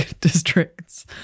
districts